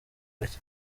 gake